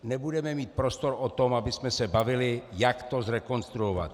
Nebudeme mít prostor k tomu, abychom se bavili, jak to zrekonstruovat.